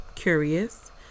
Curious